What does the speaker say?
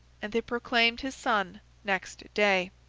and they proclaimed his son next day.